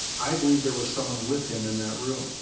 i believe there was someone with him in that room.